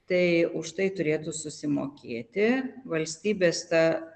tai už tai turėtų susimokėti valstybės ta